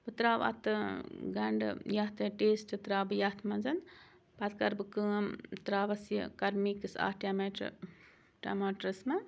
بہٕ ترٛاو اَتھ گَنٛڈٕ یَتھ ٹیسٹ ترٛاو بہٕ یَتھ منٛزَن پَتہٕ کَرٕ بہٕ کٲم ترٛاوَس یہِ کَرٕ مِکِس اَتھ ٹمیٹہٕ ٹَماٹرَس منٛز